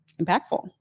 impactful